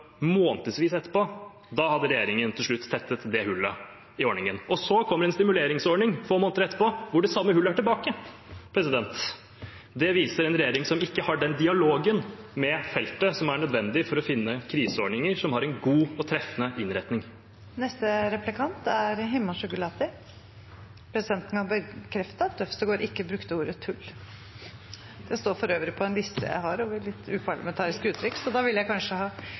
månedsvis etterpå, hadde regjeringen til slutt tettet det hullet i ordningen. Så kom det få måneder etterpå en stimuleringsordning hvor det samme hullet er tilbake. Det viser en regjering som ikke har den dialogen med feltet som er nødvendig for å finne kriseordninger som har en god og treffende innretning. Presidenten kan bekrefte at Øvstegård ikke brukte ordet «tull». Det står for øvrig på en liste jeg har over uparlamentariske uttrykk, så da ville jeg kanskje